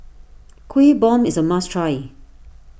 Kuih Bom is a must try